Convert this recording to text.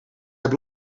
heb